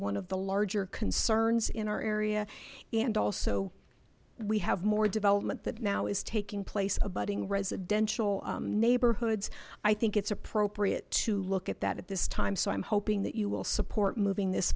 one of the larger concerns in our area and also we have more development that now is taking place a budding residential neighborhoods i think it's appropriate to look at that at this time so i'm hoping that you will support moving this